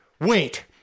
wait